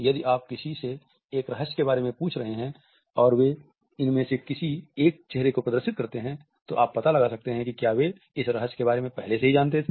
यदि आप किसी से एक रहस्य के बारे में पूछ रहे हैं और वे इनमें से किसी एक चेहरे को प्रदर्शित करते हैं तो आप पता लगा सकते हैं कि क्या वे इस रहस्य के बारे में पहले से ही जानते थे